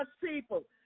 people